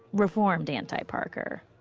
reformed anti-parker.